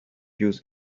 use